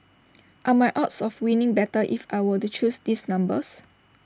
are my odds of winning better if I were to choose these numbers